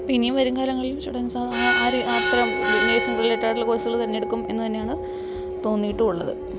അപ്പോൾ ഇനിയും വരും കാലങ്ങളിൽ സ്റ്റുൻസ് ആ ഒരു റിലേറ്റഡുള്ള കോഴ്സുകൾ തെരഞ്ഞെടുക്കും എന്ന് തന്നെയാണ് തോന്നിട്ടും ഉള്ളത്